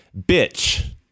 bitch